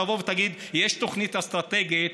שתבוא ותגיד: יש תוכנית אסטרטגית